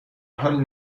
حال